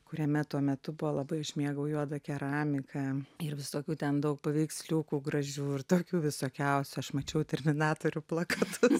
kuriame tuo metu buvo labai aš mėgau juodą keramiką ir visokių ten daug paveiksliukų gražių ir tokių visokiausių aš mačiau terminatorių plakatus